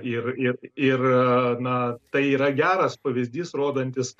ir ir ir na tai yra geras pavyzdys rodantis